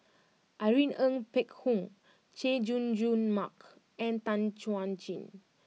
Irene Ng Phek Hoong Chay Jung Jun Mark and Tan Chuan Jin